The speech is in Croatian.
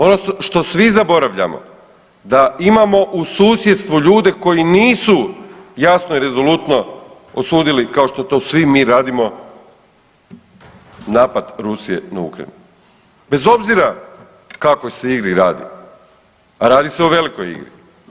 Ono što svi zaboravljamo da imamo u susjedstvu ljude koji nisu jasno i rezolutno osudili kao što to svi mi radimo napad Rusije na Ukrajinu, bez obzira o kakvoj se igri radi, a radi se o velikoj igri.